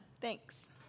Thanks